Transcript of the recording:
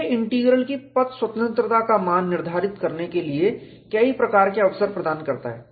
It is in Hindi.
J इंटीग्रल की पथ स्वतंत्रता इसका मान निर्धारित करने के लिए कई प्रकार के अवसर प्रदान करती है